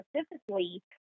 specifically